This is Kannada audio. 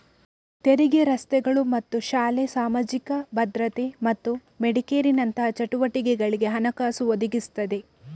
ತೆರಿಗೆ ರಸ್ತೆಗಳು ಮತ್ತು ಶಾಲೆ, ಸಾಮಾಜಿಕ ಭದ್ರತೆ ಮತ್ತು ಮೆಡಿಕೇರಿನಂತಹ ಚಟುವಟಿಕೆಗಳಿಗೆ ಹಣಕಾಸು ಒದಗಿಸ್ತದೆ